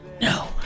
No